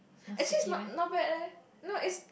actually it's not not bad leh no is